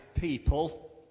people